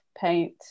paint